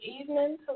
evening